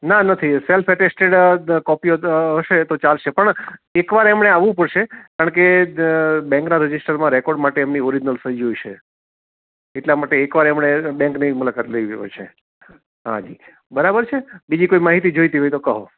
ના નથી self attested કોપીઓ હશે તો ચાલશે પણ એક વાર એમણે આવવું પડશે કારણ કે બેંકના રજીસ્ટરમાં રેકોર્ડ માટે એમની ઓરિજિનલ સહી જોઈશે એટલા માટે એકવાર એમણે બેંકની મુલાકાત લેવી પડશે હા જી બરાબર છે બીજી કોઈ માહિતી જોઈતી હોય તો કહો